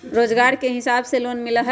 रोजगार के हिसाब से लोन मिलहई?